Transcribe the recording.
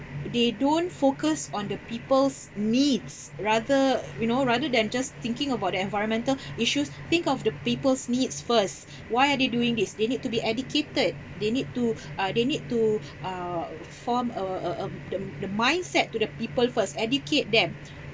they don't focus on the people's needs rather you know rather than just thinking about the environmental issues think of the people's needs first why are they doing this they need to be educated they need to uh they need to uh form a a um um the mindset to the people first educate them